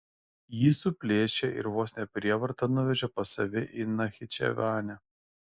jį suplėšė ir vos ne prievarta nuvežė pas save į nachičevanę